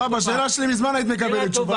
על השאלה שלי כבר מזמן היית מקבלת תשובה,